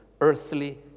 earthly